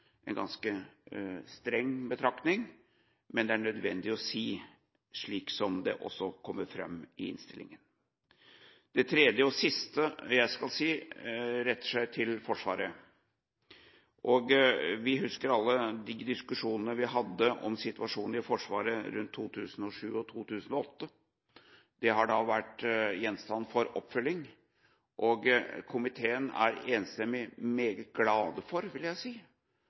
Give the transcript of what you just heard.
en ganske streng betraktning, men det er nødvendig å si det, slik det også kommer fram i innstillingen. Det tredje og siste jeg skal si, retter seg mot Forsvaret. Vi husker alle de diskusjonene vi hadde om situasjonen i Forsvaret rundt 2007 og 2008. Dette har vært gjenstand for oppfølging, og komiteen er enstemmig meget glad for